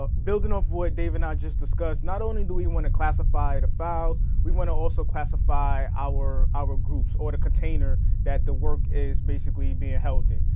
but building off of what dave and i just discussed, not only do we wanna classify the files, we wanna also classify our our groups, or the container that the work is basically being held in.